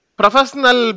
professional